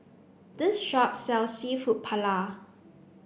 this shop sells Seafood Paella